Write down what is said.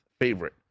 favorite